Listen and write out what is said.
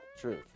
Truth